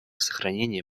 сохранения